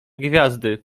gwiazdy